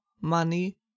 money